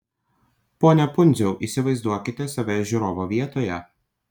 pone pundziau įsivaizduokite save žiūrovo vietoje